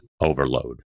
overload